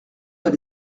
dans